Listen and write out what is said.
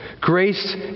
grace